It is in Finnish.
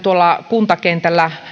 kuntakentällä